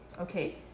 Okay